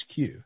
HQ